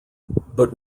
but